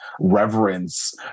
reverence